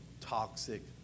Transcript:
toxic